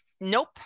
Nope